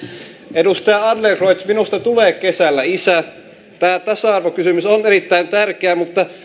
edustaja adlercreutz minusta tulee kesällä isä tämä tasa arvokysymys on erittäin tärkeä mutta